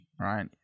right